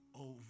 over